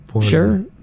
Sure